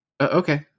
okay